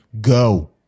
go